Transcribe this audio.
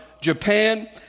Japan